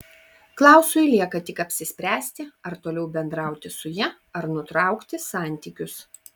klausui lieka tik apsispręsti ar toliau bendrauti su ja ar nutraukti santykius